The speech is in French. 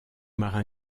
marin